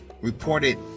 reported